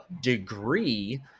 degree